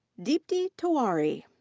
deepti tewari.